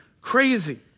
crazy